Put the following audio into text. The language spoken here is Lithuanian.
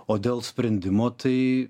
o dėl sprendimo tai